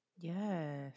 yes